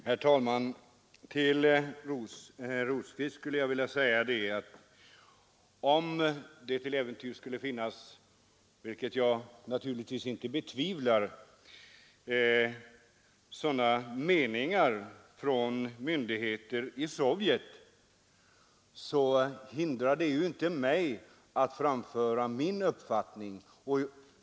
Herr talman! Till herr Rosqvist vill jag säga, att även om det till äventyrs skulle finnas — vilket jag naturligtvis inte betvivlar — en sådan mening på myndighetshåll i Sovjet, hindrar detta inte mig från att framföra min uppfattning.